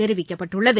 தெரிவிக்கப்பட்டுள்ளது